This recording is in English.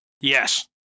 Yes